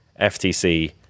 FTC